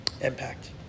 impact